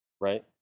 right